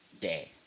day